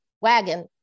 wagon